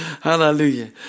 hallelujah